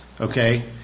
okay